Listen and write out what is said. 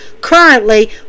currently